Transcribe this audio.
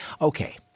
Okay